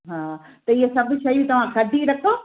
हा त इहे सभु शयूं तव्हां कढी रखो